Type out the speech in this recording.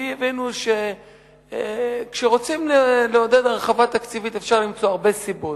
כי הבינו שכשרוצים לעודד הרחבה תקציבית אפשר למצוא הרבה סיבות,